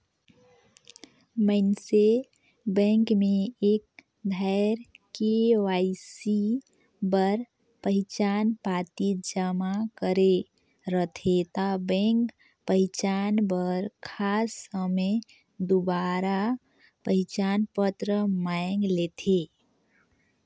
मइनसे बेंक में एक धाएर के.वाई.सी बर पहिचान पाती जमा करे रहथे ता बेंक पहिचान बर खास समें दुबारा पहिचान पत्र मांएग लेथे